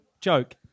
joke